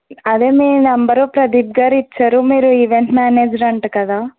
అదే మీ నెంబరు ప్రదీప్ గారు ఇచ్చారు మీరు ఈవెంట్ మేనేజర్ అంట కదా